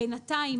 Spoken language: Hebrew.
בינתיים,